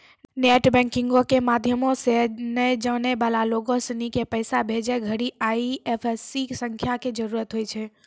net बैंकिंगो के माध्यमो से नै जानै बाला लोगो सिनी के पैसा भेजै घड़ि आई.एफ.एस.सी संख्या के जरूरत होय छै